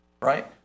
right